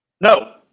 No